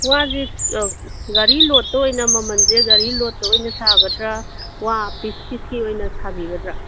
ꯋꯥꯁꯤ ꯒꯥꯔꯤ ꯂꯣꯠꯇ ꯑꯣꯏꯅ ꯃꯃꯜꯁꯦ ꯒꯥꯔꯤ ꯂꯣꯠꯇ ꯑꯣꯏꯅ ꯁꯥꯒꯗ꯭ꯔꯥ ꯋꯥ ꯄꯤꯁ ꯄꯤꯁꯀꯤ ꯑꯣꯏꯅ ꯁꯥꯕꯤꯒꯗ꯭ꯔꯥ